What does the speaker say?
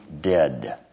dead